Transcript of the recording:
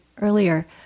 earlier